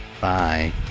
Bye